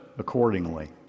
accordingly